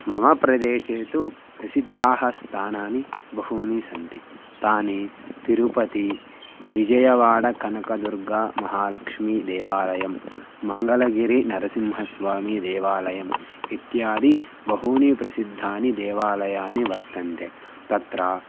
मम प्रदेशे तु प्रसिद्धानि स्थानानि बहूनि सन्ति तानि तिरुपति विजयवाडकणकदुर्गामहालक्ष्मीदेवाळयं मङ्गलगिरिनरसिंहस्वामीदेवालयम् इत्यादि बहूनि प्रसिद्धानि देवालयानि वर्तन्ते तत्र